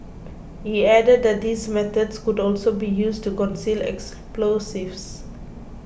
he added that these methods could also be used to conceal explosives